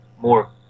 more